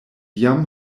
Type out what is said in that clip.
jam